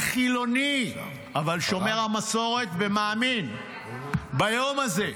החילוני אבל שומר המסורת ומאמין, ביום הזה.